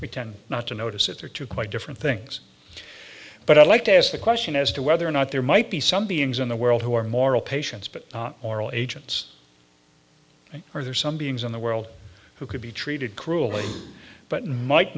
we tend not to notice if they're two quite different things but i'd like to ask the question as to whether or not there might be some beings in the world who are moral patients but moral agents are there some beings in the world who could be treated cruelly but might